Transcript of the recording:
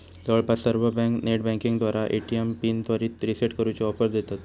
जवळपास सर्व बँका नेटबँकिंगद्वारा ए.टी.एम पिन त्वरित रीसेट करूची ऑफर देतत